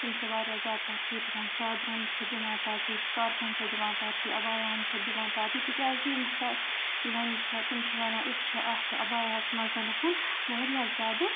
تِم چھِ وارِیاہ زیادٕ ترجیح دِوان چادرَن چھِ دِوان ترجیح سِکارفن چھِ دِوان ترجیح عبایاہن چھِ دِوان ترجیح تِکیازِ یِم ہسا زَنہِ چھِ تِم چھِ وَنان أسۍ چھِ اَتھ عبایاہس منٛز وارِیاہ زیادٕ